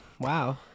wow